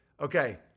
Okay